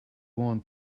warn